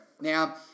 Now